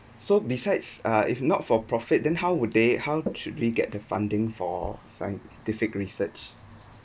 so besides uh if not for profit then how would they how should we get the funding for scientific research